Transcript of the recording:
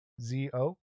z-o